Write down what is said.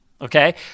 Okay